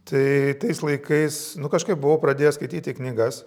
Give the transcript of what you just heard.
tai tais laikais nu kažkaip buvau pradėjęs skaityti knygas